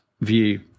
view